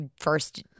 first –